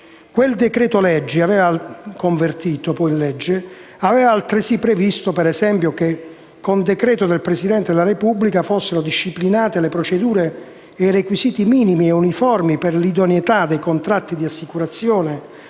convertito in legge, aveva altresì previsto che, con decreto del Presidente della Repubblica, fossero disciplinate le procedure e i requisiti minimi e uniformi per l'idoneità dei contratti di assicurazione